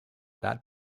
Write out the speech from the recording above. that